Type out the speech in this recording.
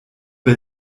wer